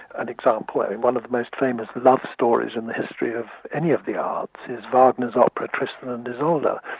an example, i mean, one of the most famous love stories in the history of any of the arts is wagner's opera tristan and isolde,